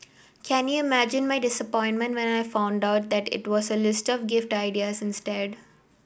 can you imagine my disappointment when I found out that it was a list of gift ideas instead